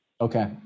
Okay